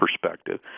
perspective